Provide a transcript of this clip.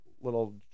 little